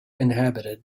inhabited